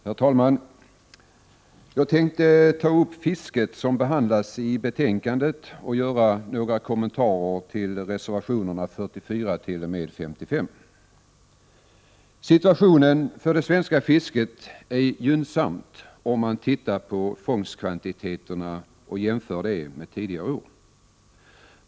Herr talman! Jag tänkte ta upp fisket, som behandlas i betänkandet, och göra några kommentarer till reservationerna 44—55. Situationen för det svenska fisket är gynnsam om man tittar på fångstkvantiteten jämfört med tidigare år.